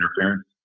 interference